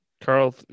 Carl